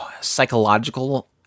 psychological